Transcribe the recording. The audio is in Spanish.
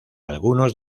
alguno